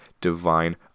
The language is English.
divine